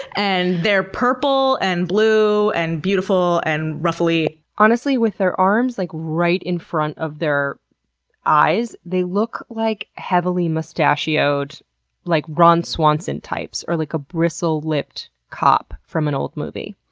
and they're purple and blue and beautiful and ruffley. honestly, with their arms like right in front of their eyes, they look like heavily mustachioed like ron swanson types, or like a bristle-lipped cop from an old movie.